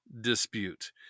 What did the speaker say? dispute